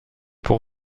pour